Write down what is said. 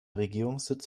regierungssitz